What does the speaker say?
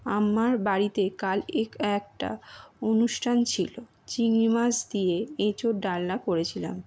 আমার বাড়িতে কাল একটা অনুষ্ঠান ছিলো চিংড়ি মাছ দিয়ে এঁচোড় ডালনা করেছিলাম